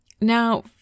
Now